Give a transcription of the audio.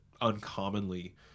uncommonly